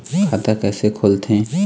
खाता कइसे खोलथें?